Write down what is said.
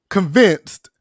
Convinced